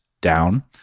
down